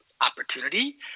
opportunity